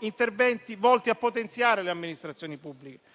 interventi volti a potenziare le amministrazioni pubbliche.